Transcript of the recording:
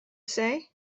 say